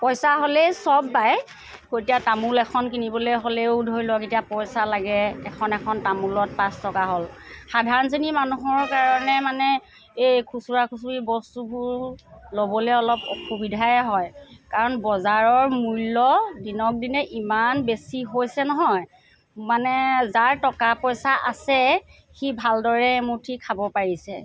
পইচা হ'লেই সব পায় অ এতিয়া তামোল এখন কিনিবলৈ হ'লেও ধৰি লওক এতিয়া পইচা লাগে এখন এখন তামোলত পাঁচ টকা হ'ল সাধাৰণ শ্ৰেণী মানুহৰ কাৰণে মানে এই খুচুৰা খুচুৰি বস্তুবোৰ ল'বলৈ অলপ অসুবিধাই হয় কাৰণ বজাৰৰ মূল্য দিনক দিনে ইমান বেছি হৈছে নহয় মানে যাৰ টকা পইচা আছে সি ভালদৰে এমুঠি খাব পাৰিছে